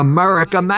America